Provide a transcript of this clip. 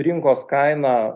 rinkos kaina